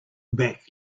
back